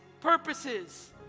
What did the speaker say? purposes